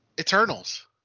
eternals